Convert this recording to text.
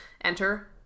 Enter